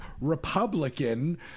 Republican